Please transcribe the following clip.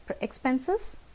expenses